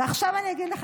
ועכשיו אני אגיד לך,